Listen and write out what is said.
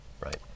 right